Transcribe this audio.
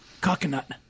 Coconut